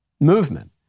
movement